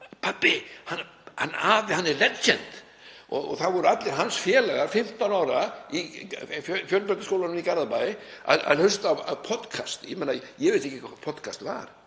Pabbi, hann afi er legend. Það voru allir hans félagar, 15 ára í Fjölbrautaskólanum í Garðabæ, að hlusta á podkast. Ég vissi ekki hvað podkast var,